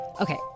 Okay